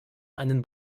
einen